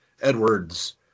Edwards